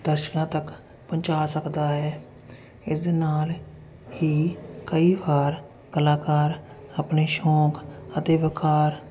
ਦਰਸ਼ਕਾਂ ਤੱਕ ਪਹੁੰਚਾ ਸਕਦਾ ਹੈ ਇਸ ਦੇ ਨਾਲ ਹੀ ਕਈ ਵਾਰ ਕਲਾਕਾਰ ਆਪਣੇ ਸ਼ੌਂਕ ਅਤੇ ਵਕਾਰ